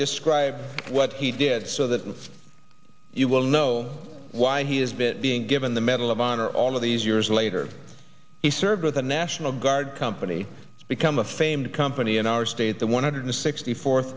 describe what he did so that you will know why he is that being given the medal of honor all of these years later he served with the national guard company become a famed company in our state the one hundred sixty four